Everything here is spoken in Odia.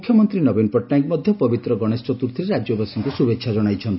ମୁଖ୍ୟମନ୍ତୀ ନବୀନ ପଟ୍ଟନାୟକ ମଧ୍ଧ ପବିତ୍ର ଗଣେଶ ଚତୁର୍ଥୀରେ ରାକ୍ୟବାସୀଙ୍କୁ ଶୁଭେଛା ଜଣାଇଛନ୍ତି